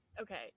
okay